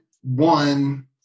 one